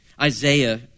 Isaiah